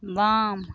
वाम